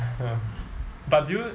but do you